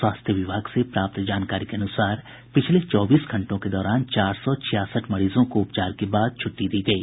स्वास्थ्य विभाग से प्राप्त जानकारी के अनुसार पिछले चौबीस घंटों के दौरान चार सौ छियासठ मरीजों को उपचार के बाद छूट्टी दी गयी